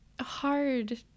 hard